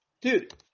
Dude